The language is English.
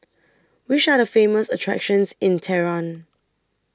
Which Are The Famous attractions in Tehran